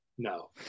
No